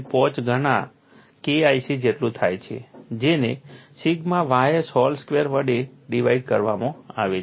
5 ગણા KIC જેટલુ થાય છે જેને સિગ્મા ys હૉલ સ્ક્વેર વડે ડિવાઇડ કરવામાં આવે છે